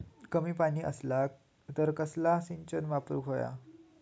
कमी पाणी असला तर कसला सिंचन वापराक होया?